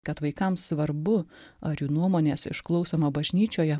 kad vaikams svarbu ar jų nuomonės išklausoma bažnyčioje